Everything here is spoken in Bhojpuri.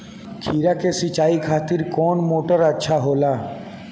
खीरा के सिचाई खातिर कौन मोटर अच्छा होला?